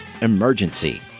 Emergency